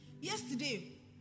Yesterday